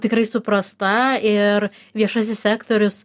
tikrai suprasta ir viešasis sektorius